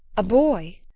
a boy?